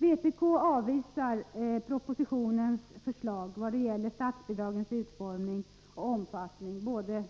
Vpk avvisar propositionens förslag beträffande statsbidragens utformning och omfattning